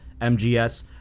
MGS